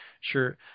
sure